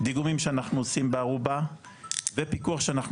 דיגומים שאנחנו עושים בארובה ופיקוח שאנחנו